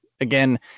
again